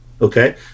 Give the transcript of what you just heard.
okay